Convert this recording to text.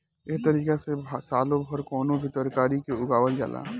एह तारिका से सालो भर कवनो भी तरकारी के उगावल जाला